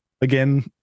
again